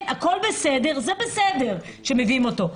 הכול בסדר זה בסדר שמביאים אותו.